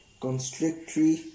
constrictory